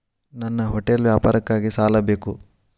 ನನ್ನ ಹೋಟೆಲ್ ವ್ಯಾಪಾರಕ್ಕಾಗಿ ಸಾಲ ಬೇಕು